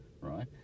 Right